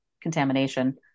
contamination